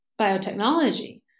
biotechnology